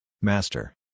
Master